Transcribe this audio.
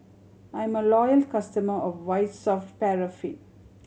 I'm a loyal customer of White Soft Paraffin